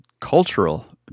cultural